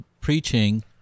preaching